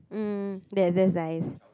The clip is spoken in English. um they exercise